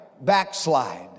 backslide